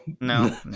No